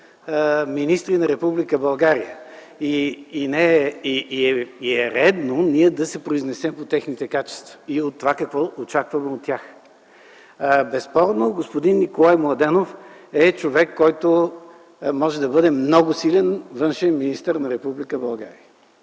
министри на Република България и е редно ние да се произнесем по техните качества и по това какво очакваме от тях. Безспорно господин Николай Младенов е човек, който може да бъде много силен външен министър на Република България